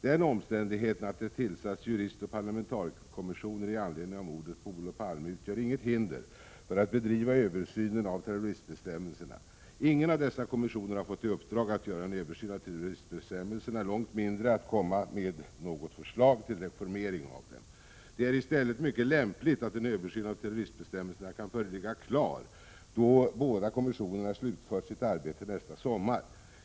Den omständigheten att det tillsatts juristoch parlamentarikerkommissioner i anledning av mordet på Olof Palme utgör inget hinder för att bedriva översynen av terroristbestämmelserna. Ingen av dessa kommissioner har fått i uppdrag att göra en översyn av terroristbestämmelserna, långt mindre att komma med något förslag till reformering av dem. Det är i stället mycket lämpligt att en översyn av terroristbestämmelserna kan föreligga klar då båda kommissionerna slutfört sitt arbete nästa sommar.